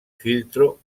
filtro